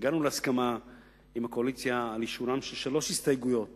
הגענו להסכמה עם הקואליציה על אישורן של שלוש הסתייגויות